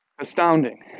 Astounding